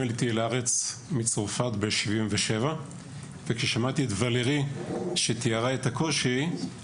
עליתי לארץ מצרפת בשנת 77'. כששמעתי את ולרי שתיראה את הקושי הצלחתי